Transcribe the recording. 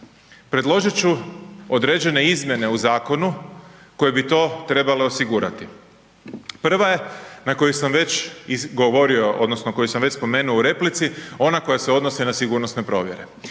predložit ću određene izmjene u zakonu koje bi to trebale osigurati. Prva je na koju sam već izgovorio odnosno koju sam već spomenuo u replici, ona koja se odnosi na sigurnosne provjere.